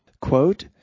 Quote